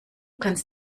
kannst